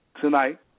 tonight